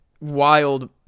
wild